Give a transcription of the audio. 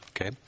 Okay